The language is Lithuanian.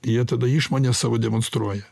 jie tada išmonę savo demonstruoja